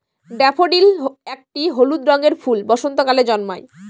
daffodil একটি হলুদ রঙের ফুল বসন্তকালে জন্মায়